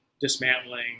dismantling